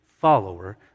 follower